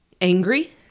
angry